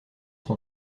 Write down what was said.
son